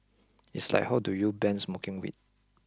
it's like how do you ban smoking weed